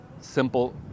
simple